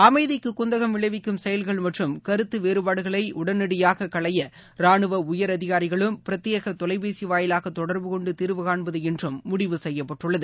அமைதிக்கு குந்தகம் விளைவிக்கும் செயல்கள் மற்றும் கருத்து வேறுபாடுகளை உடனடியாக களைய ரானுவ உயரதிகாரிகளும் பிரத்யேக தொலைபேசி வாயிலாக தொடர்புகொண்டு தீர்வு காண்பது என்றும் முடிவு செய்யப்பட்டுள்ளது